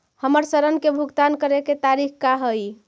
हमर ऋण के भुगतान करे के तारीख का हई?